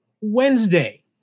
wednesday